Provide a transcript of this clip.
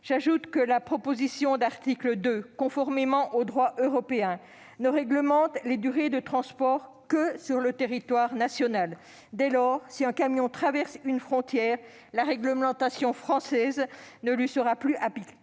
J'ajoute que la proposition d'article 2, conformément au droit européen, ne réglemente les durées de transport que sur le territoire national. Dès lors, si un camion traverse une frontière, la réglementation française ne lui sera plus applicable